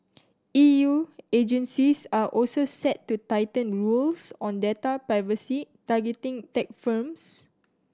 E U agencies are also set to tighten rules on data privacy targeting tech firms